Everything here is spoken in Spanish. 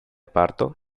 parto